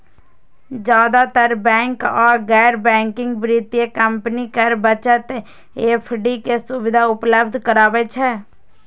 जादेतर बैंक आ गैर बैंकिंग वित्तीय कंपनी कर बचत एफ.डी के सुविधा उपलब्ध कराबै छै